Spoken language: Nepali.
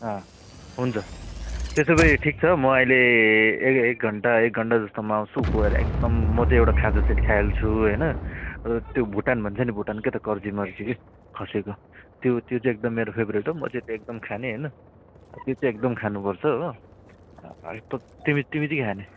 अँ हुन्छ त्यसो भए ठिक छ म अहिले ए एक घन्टा एक घन्टा जस्तोमा आउँछु गएर एकदम म चाहिँ एउटा खाजा सेट खाइहाल्छु हैन त्यो भुटन भन्छ नि भुटन के त्यो कर्जीमर्जी के खसीको त्यो त्यो चाहिँ एकदम मेरो फेभ्रेट हो म चाहिँ त्यो एकदम खाने हैन त्यो चाहिँ एकदम खानुपर्छ हो अँ तिमी तिमी चाहिँ के खाने